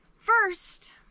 first